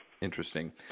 Interesting